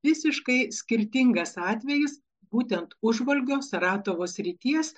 visiškai skirtingas atvejis būtent užvalgio saratovo srities